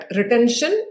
retention